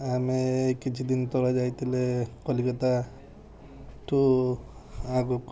ଆମେ ଏଇ କିଛିଦିନି ତଳେ ଯାଇଥିଲେ କଲିକତା ଠୁ ଆଗକୁ